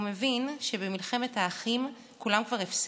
הוא מבין שבמלחמת האחים כולם כבר הפסידו,